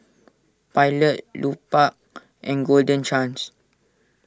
Pilot Lupark and Golden Chance